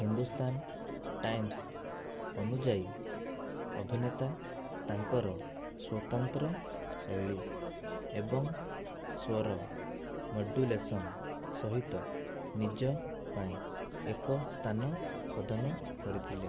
Hindustan Times ଅନୁଯାୟୀ ଅଭିନେତା ତାଙ୍କର ସ୍ୱତନ୍ତ୍ର ଶୈଳୀ ଏବଂ ସ୍ୱର ମଡ୍ୟୁଲେସନ୍ ସହିତ ନିଜ ପାଇଁ ଏକ ସ୍ଥାନ ଖୋଦନ କରିଥିଲେ